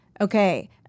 okay